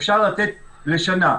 אפשר לתת לשנה.